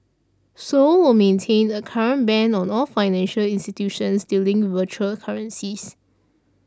seoul will maintain a current ban on all financial institutions dealing virtual currencies